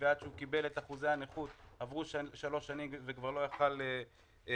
ועד שהוא קיבל את אחוזי הנכות עברו שלוש שנים ולא יכול היה לממש.